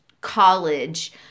college